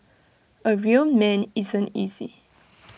A real man isn't easy